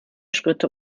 schritte